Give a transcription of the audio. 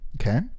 Okay